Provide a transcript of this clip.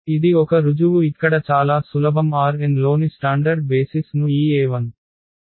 ఇది ఒక రుజువు ఇక్కడ చాలా సులభం Rn లోని స్టాండర్డ్ బేసిస్ ను ఈ e1100e2010